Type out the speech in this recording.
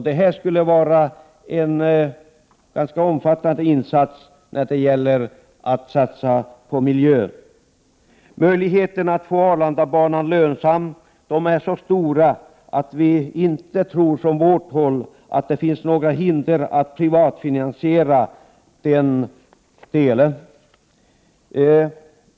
Det skulle vara en ganska omfattande insats för miljön. Möjligheterna att få Arlandabanan lönsam är så stora att vi inte tror att det finns några hinder för att privatfinansiera den delen.